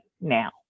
now